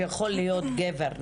יכול להיות גבר,